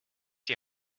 die